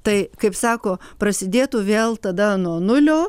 tai kaip sako prasidėtų vėl tada nuo nulio